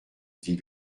dit